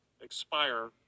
expire